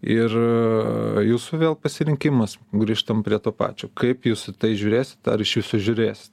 ir jūsų vėl pasirinkimas grįžtam prie to pačio kaip jūs į tai žiūrėsit ar iš viso žiūrės